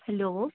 hello